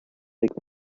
big